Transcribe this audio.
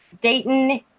Dayton